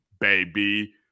baby